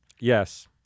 Yes